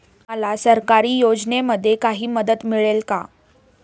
मला सरकारी योजनेमध्ये काही मदत मिळेल का?